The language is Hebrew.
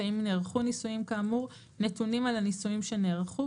ואם נערכו ניסויים כאמור נתונים על הניסויים שנערכו,